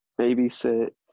Babysit